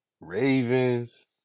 Ravens